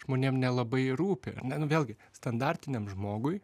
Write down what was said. žmonėm nelabai rūpi ar ne nu vėlgi standartiniam žmogui